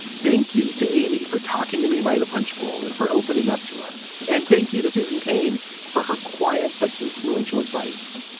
thank you to amy for talking to me by the punchbowl and for opening up to us. and thank you to susan cane for her quiet but influential advice.